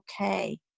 okay